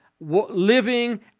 living